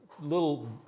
little